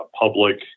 public